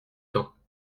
temps